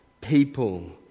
people